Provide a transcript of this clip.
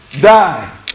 die